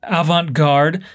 avant-garde